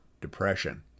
depression